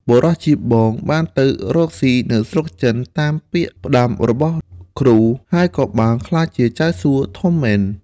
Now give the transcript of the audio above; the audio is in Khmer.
បុរសជាបងបានទៅរកស៊ីនៅស្រុកចិនតាមពាក្យផ្ដាំរបស់គ្រូ ហើយក៏បានក្លាយជាចៅសួធំមែន។